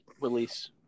release